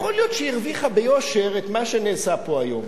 יכול להיות שהיא הרוויחה ביושר את מה שנעשה פה היום.